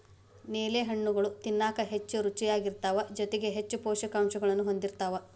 ನೇಲಿ ಹಣ್ಣುಗಳು ತಿನ್ನಾಕ ಹೆಚ್ಚು ರುಚಿಯಾಗಿರ್ತಾವ ಜೊತೆಗಿ ಹೆಚ್ಚು ಪೌಷ್ಠಿಕಾಂಶಗಳನ್ನೂ ಹೊಂದಿರ್ತಾವ